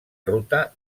ruta